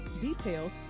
details